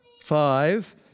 five